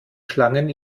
schlangen